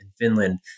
Finland